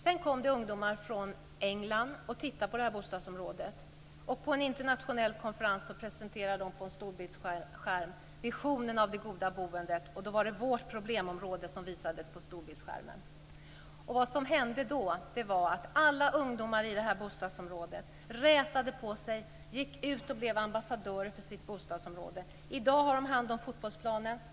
Sedan kom det ungdomar från England och tittade på bostadsområdet. På en internationell konferens presenterade de på en storbildsskärm visionen av det goda boendet. Och då var det vårt problemområde som visades på storbildsskärmen. Vad som hände då var att alla ungdomar i det här bostadsområdet rätade på sig, gick ut och blev ambassadörer för sitt bostadsområde. I dag har de hand om fotbollsplanen.